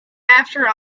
after